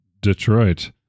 Detroit